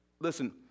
Listen